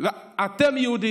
אתם יהודים